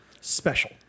special